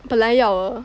本来要